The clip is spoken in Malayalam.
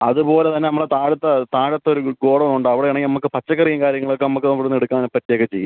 അതുപോലെ തന്നെ നമ്മൾ താഴത്തെ താഴത്തൊരു ഗോഡൗൺ ഉണ്ട് അവിടെ ആണേ നമുക്ക് പച്ചക്കറിയും കാര്യങ്ങളുമൊക്കെ നമ്മൾക്ക് അവിടെ നിന്ന് എടുക്കാൻ പറ്റുകയൊക്കെ ചെയ്യും